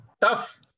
tough